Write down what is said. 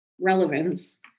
relevance